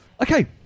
Okay